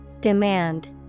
Demand